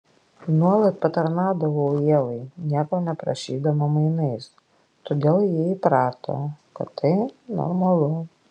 nuolat patarnaudavau ievai nieko neprašydama mainais todėl ji įprato kad tai normalu